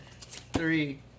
three